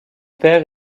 père